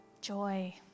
joy